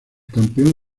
campeón